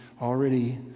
already